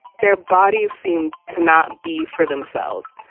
their bodies seem to not be for themselves.